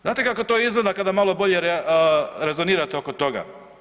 Znate kako to izgleda kada malo bolje rezonirate oko toga?